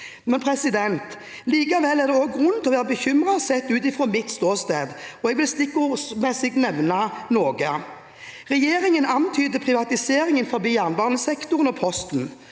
finansiering. Likevel er det også grunn til å være bekymret sett ut fra mitt ståsted. Jeg vil stikkordsmessig nevne noe: – Regjeringen antyder privatisering innenfor jernbanesektoren og Posten,